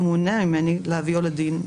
ומנע ממני להביאו לדין,